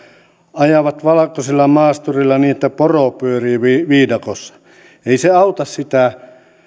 ajavat valkoisilla maastureilla niin että poro pyörii viidakossa ei se auta sitä